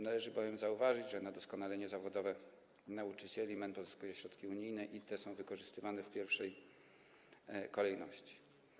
Należy bowiem zauważyć, że na doskonalenie zawodowe nauczycieli MEN pozyskuje środki unijne i te są wykorzystywane w pierwszej kolejności.